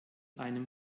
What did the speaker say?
einem